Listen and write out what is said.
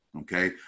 okay